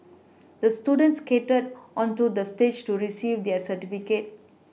the student skated onto the stage to receive the certificate